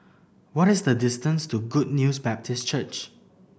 what is the distance to Good News Baptist Church